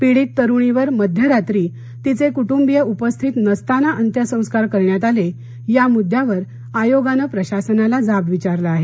पिडीत तरुणीवर मध्यरात्री तीचे कुटुंबीय उपस्थित नसताना अंत्यसंस्कार करण्यात आले या मुद्द्यावर आयोगाने प्रशासनाला जाब विचारला आहे